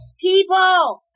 people